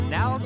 Now